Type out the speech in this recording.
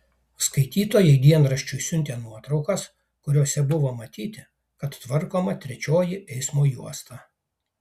skaitytojai dienraščiui siuntė nuotraukas kuriose buvo matyti kad tvarkoma trečioji eismo juosta